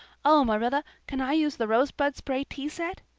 oh, marilla, can i use the rosebud spray tea set?